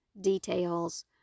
details